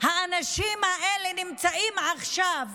האנשים אלה נמצאים עכשיו